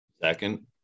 Second